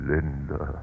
Linda